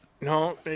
No